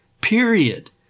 period